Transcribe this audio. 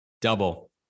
double